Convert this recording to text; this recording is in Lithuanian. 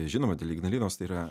žinoma dėl ignalinos tai yra